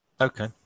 Okay